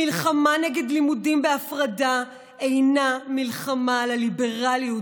המלחמה נגד לימודים בהפרדה אינה מלחמה על הליברליות,